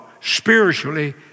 spiritually